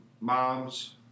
moms